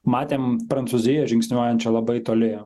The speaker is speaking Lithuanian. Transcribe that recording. matėm prancūziją žingsniuojančią labai toli